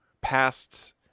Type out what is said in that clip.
past